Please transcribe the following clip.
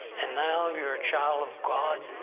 and now you're a child of god,